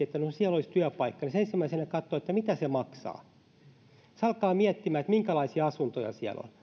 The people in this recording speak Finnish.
että no siellä olisi työpaikka niin ensimmäisenä hän katsoo mitä se maksaa hän alkaa miettiä minkälaisia asuntoja siellä on